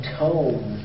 tone